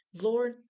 Lord